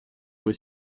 fois